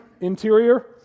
interior